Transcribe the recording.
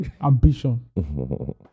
ambition